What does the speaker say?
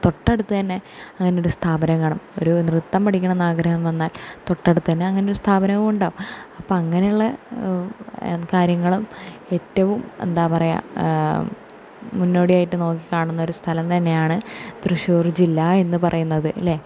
തൊട്ടടുത്ത് തന്നെ അതിനൊരു സ്ഥാപനം കാണും ഒരു നൃത്തം പഠിക്കണമെന്ന് ആഗ്രഹം വന്നാൽ തൊട്ടടുത്ത് തന്നെ അങ്ങനെ ഏറ്റവും ഒരു സ്ഥാപനവും ഉണ്ടാവും അപ്പോൾ അങ്ങനെയുള്ള കാര്യങ്ങളും ഏറ്റവും എന്താ പറയുക മുന്നോടിയായിട്ട് നോക്കി കാണുന്ന ഒരു സ്ഥലം തന്നെയാണ് തൃശൂർ ജില്ല എന്ന് പറയുന്നത് ഇല്ലെ